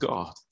God